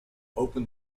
open